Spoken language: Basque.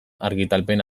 argitalpen